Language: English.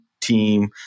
team